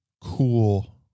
cool